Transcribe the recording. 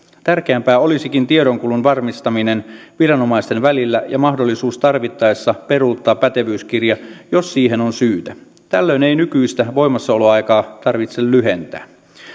tärkeämpää olisikin tiedonkulun varmistaminen viranomaisten välillä ja mahdollisuus tarvittaessa peruuttaa pätevyyskirja jos siihen on syytä tällöin ei nykyistä voimassaoloaikaa tarvitse lyhentää